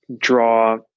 draw